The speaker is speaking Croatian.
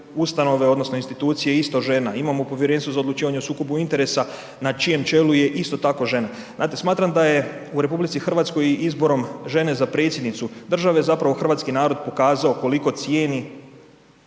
ustanove odnosno institucije isto žena. Imamo Povjerenstvo za odlučivanje o sukobu interesa na čijem čelu je isto tako žena. Znate, smatram da je u RH izborom žene za predsjednicu države zapravo hrvatski narod pokazao koliko cijeni